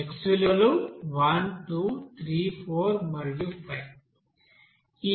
x విలువలు 1 2 3 4 మరియు 5